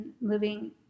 living